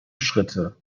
schritte